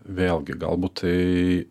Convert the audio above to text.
vėlgi galbūt tai